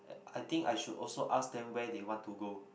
I think I should also ask them where they want to go